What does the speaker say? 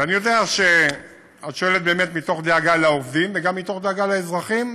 ואני יודע שאת שואלת באמת מתוך דאגה לעובדים וגם מתוך דאגה לאזרחים,